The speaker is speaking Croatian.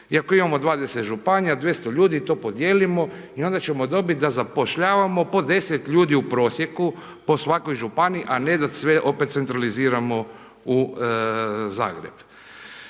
ako imamo 20 županija, 200 ljudi to podijelimo i onda ćemo dobiti da zapošljavamo po 10 ljudi u prosjeku po svakoj županiji, a ne da sve opet centraliziramo u Zagreb.